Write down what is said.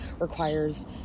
requires